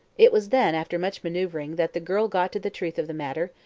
it was then, after much manoeuvring, that the girl got to the truth of the matter,